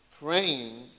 Praying